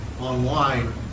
online